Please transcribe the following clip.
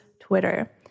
Twitter